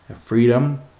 freedom